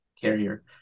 carrier